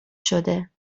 شده